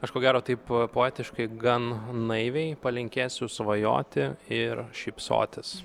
aš ko gero taip poetiškai gan naiviai palinkėsiu svajoti ir šypsotis